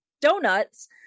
donuts